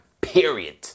period